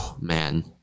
man